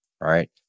right